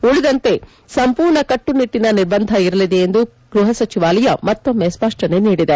ಉಳಿದಂತೆ ಸಂಪೂರ್ಣ ಕಟ್ಟುನಿಟ್ಟಿನ ನಿರ್ಬಂಧ ಇರಲಿದೆ ಎಂದು ಗೃಹ ಸಚಿವಾಲಯ ಮತ್ತೊಮ್ಮೆ ಸ್ವಷ್ಟನೆ ನೀದಿದೆ